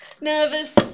nervous